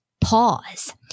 pause